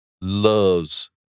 loves